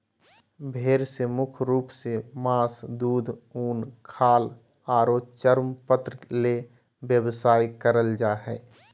भेड़ से मुख्य रूप से मास, दूध, उन, खाल आरो चर्मपत्र ले व्यवसाय करल जा हई